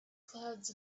clouds